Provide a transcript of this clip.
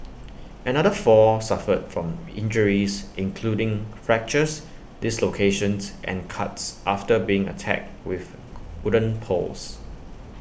another four suffered from injuries including fractures dislocations and cuts after being attacked with wooden poles